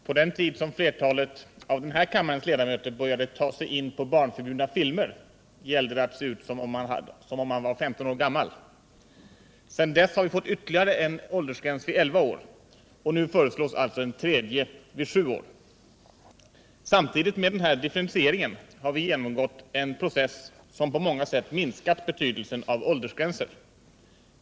Herr talman! På den tid som flertalet av den här kammarens ledamöter började ta sig in på barnförbjudna filmer gällde det att se ut som om man var 15 år gammal. Sedan dess har vi fått ytterligare en åldersgräns vid 11 år, och nu föreslås alltså en tredje vid 7 år. Samtidigt med den här differentieringen har vi genomgått en process som på många sätt minskat betydelsen av åldersgränser.